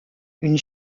une